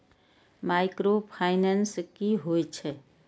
Micro finance कि होई छै?